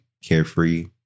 carefree